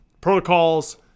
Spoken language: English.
protocols